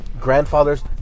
grandfathers